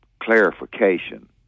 clarification